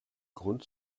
grund